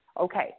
Okay